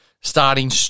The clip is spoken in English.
starting